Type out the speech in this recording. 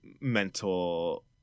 mental